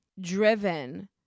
driven